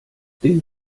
den